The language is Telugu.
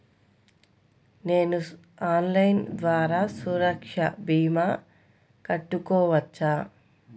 నేను ఆన్లైన్ ద్వారా సురక్ష భీమా కట్టుకోవచ్చా?